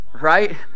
Right